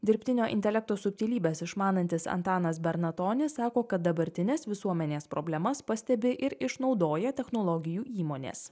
dirbtinio intelekto subtilybes išmanantis antanas bernatonis sako kad dabartines visuomenės problemas pastebi ir išnaudoja technologijų įmonės